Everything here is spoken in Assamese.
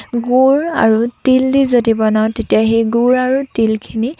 গুড় আৰু তিল দি যদি বনাওঁ তেতিয়া সেই গুড় আৰু তিলখিনি